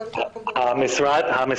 יכול להיות שאנחנו מדברים פה --- המשרד עבד